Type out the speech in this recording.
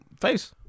face